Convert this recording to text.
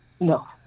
No